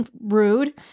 rude